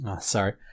Sorry